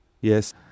Yes